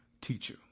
teacher